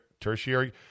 tertiary